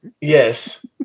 Yes